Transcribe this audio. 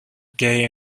gay